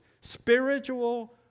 spiritual